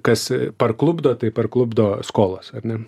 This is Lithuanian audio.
kas parklupdo tai parklupdo skolos ar ne